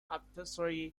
advisory